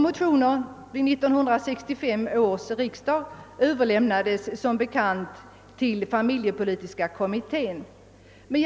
Motionerna vid 1965 års riksdag överlämnades som bekant till familjepolitis ka kommittén.